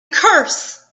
curse